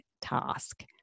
task